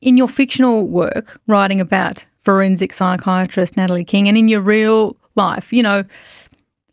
in your fictional work, writing about forensic psychiatrist natalie king, and in your real life, you know